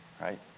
right